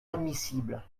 admissible